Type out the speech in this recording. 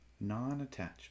non-attachment